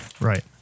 Right